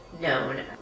known